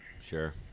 Sure